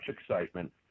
excitement